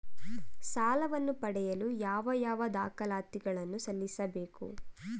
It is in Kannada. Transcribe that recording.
ಸಾಲವನ್ನು ಪಡೆಯಲು ಯಾವ ಯಾವ ದಾಖಲಾತಿ ಗಳನ್ನು ಸಲ್ಲಿಸಬೇಕು?